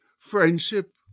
Friendship